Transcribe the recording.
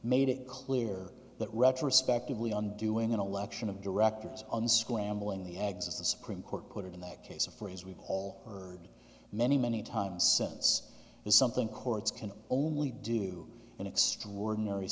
made it clear that retrospective leon doing an election of directors unscrambling the exits the supreme court put it in that case a phrase we've all heard many many times since then something courts can only do in extraordinary